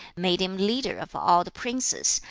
made him leader of all the princes,